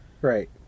right